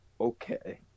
Okay